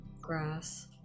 grass